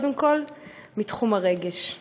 קודם כול מתחום הרגש.